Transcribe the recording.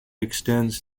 extends